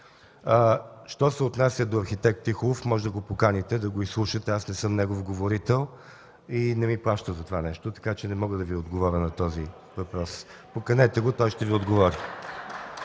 Що се отнася до арх. Тихолов, можете да го поканите и го изслушате. Аз не съм негов говорител и не ми плащат за това нещо. Затова не мога да Ви отговоря на въпроса. Поканете го, той ще Ви отговори.